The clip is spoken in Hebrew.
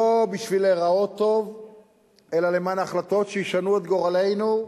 לא בשביל להיראות טוב אלא למען החלטות שישנו את גורלנו,